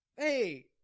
Hey